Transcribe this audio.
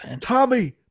Tommy